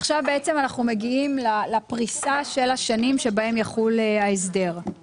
עכשיו בעצם אנחנו מגיעים לפרישה של השנים שבהם יחול ההסדר.